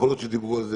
להיות שדיברו על זה,